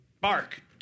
bark